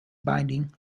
binding